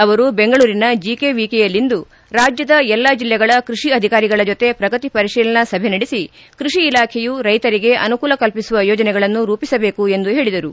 ಅವರು ಬೆಂಗಳೂರಿನ ಜಿಕೆವಿಕೆಯಲ್ಲಿಂದು ರಾಜ್ಯದ ಎಲ್ಲಾ ಜಿಲ್ಲೆಗಳ ಕೃಷಿ ಅಧಿಕಾರಿಗಳ ಜೊತೆ ಪ್ರಗತಿಪರಿಶೀಲನಾ ಸಭೆ ನಡೆಸಿ ಕೃಷಿ ಇಲಾಖೆಯು ರೈತರಿಗೆ ಅನುಕೂಲ ಕಲ್ಪಿಸುವ ಯೋಜನೆಗಳನ್ನು ರೂಪಿಸಬೇಕು ಎಂದು ಹೇಳಿದರು